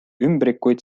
ümbrikuid